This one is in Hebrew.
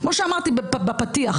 כפי שאמרתי בפתיח,